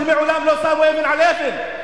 שמעולם לא שמו אבן על אבן.